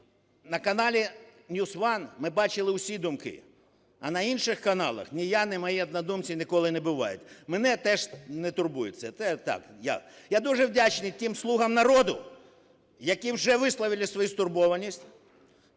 на каналі NewsOne ми бачили усі думки, а на інших каналах ні я, ні мої однодумці ніколи не бувають. Мене це теж не турбує, це так я… Я дуже вдячний тим "слугам народу", які вже висловили свою стурбованість